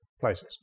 places